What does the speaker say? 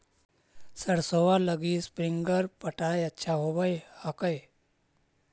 सरसोबा लगी स्प्रिंगर पटाय अच्छा होबै हकैय?